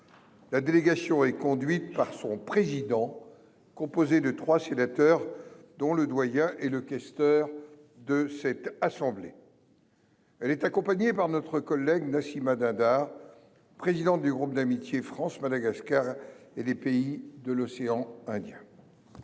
La délégation est conduite par son président. Composé de trois sénateurs, dont le doyen et le questeur de cette assemblée. Elle est accompagnée par notre collègue Nassimah Dindar, présidente du groupe d'amitié France-Madagascar et les pays de l'océan Indien.